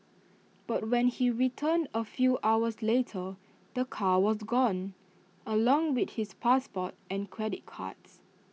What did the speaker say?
but when he returned A few hours later the car was gone along with his passport and credit cards